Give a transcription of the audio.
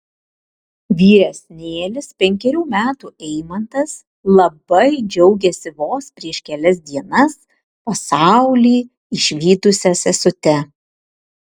vyresnėlis penkerių metų eimantas labai džiaugiasi vos prieš kelias dienas pasaulį išvydusia sesute